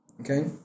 Okay